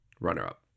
runner-up